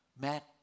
Matt